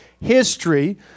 history